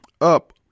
up